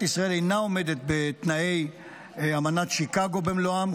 ישראל אינה עומדת בתנאי אמנת שיקגו במלואם,